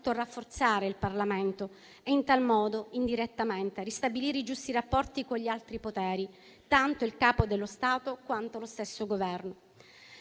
rafforzare il Parlamento e in tal modo, indirettamente, ristabilire i giusti rapporti con gli altri poteri, tanto il Capo dello Stato, quanto lo stesso Governo.